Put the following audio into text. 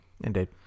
Indeed